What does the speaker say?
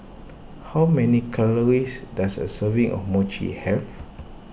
how many calories does a serving of Mochi have